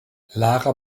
lara